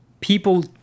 people